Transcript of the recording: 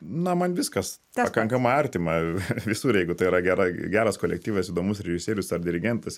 na man viskas pakankamai artima visur jeigu tai yra gera geras kolektyvas įdomus režisierius ar dirigentas